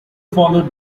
followed